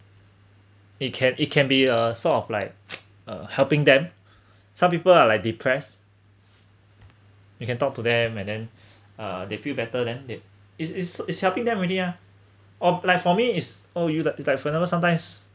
it can it can be a sort of like uh helping them some people are like depressed you can talk to them and then uh they feel better than tha~ it is is is helping them already ah oh like for me is oh you like you like forever sometimes